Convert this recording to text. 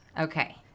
Okay